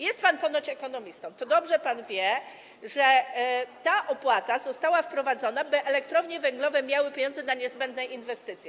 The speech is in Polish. Jest pan ponoć ekonomistą, więc dobrze pan wie, że ta opłata została wprowadzona, by elektrownie węglowe miały pieniądze na niezbędne inwestycje.